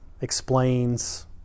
explains